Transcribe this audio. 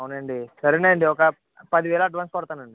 అవునండి సరేనండి ఒక పదివేలు అడ్వాన్స్ కొడతానండి